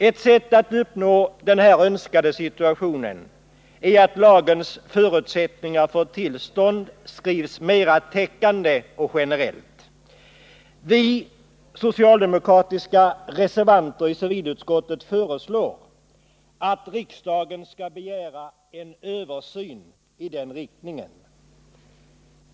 Ett sätt att uppnå den här önskade situationen är att lagens förutsättningar för tillstånd skrivs på ett mer täckande och generellt sätt. Vi socialdemokratiska reservanter i civilutskottet föreslår att riksdagen skall begära en översyn i den riktningen.